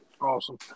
Awesome